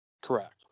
Correct